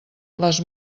les